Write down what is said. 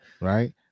right